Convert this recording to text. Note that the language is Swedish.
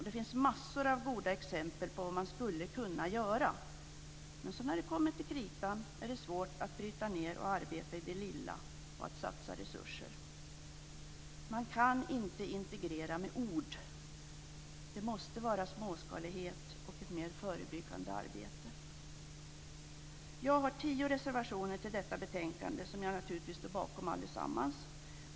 Det finns massor av goda exempel på vad man skulle kunna göra. Men när det kommer till kritan är det svårt att bryta ned det hela och arbeta i det lilla, och att satsa resurser. Man kan inte integrera med ord. Det måste vara småskalighet och ett mer förebyggande arbete. Jag har tio reservationer till detta betänkande, som jag naturligtvis står bakom allesammans.